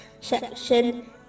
section